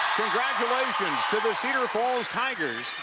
congratulations to the cedarfalls tigers